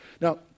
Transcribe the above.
Now